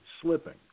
slipping